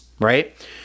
right